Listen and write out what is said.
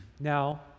now